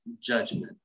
judgment